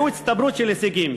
הייתה הצטברות של הישגים,